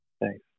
Thanks